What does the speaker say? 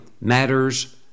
matters